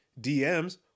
DMs